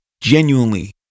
genuinely